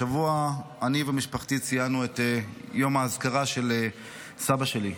השבוע אני ומשפחתי ציינו את יום האזכרה של סבא שלי,